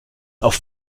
auf